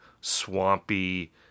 swampy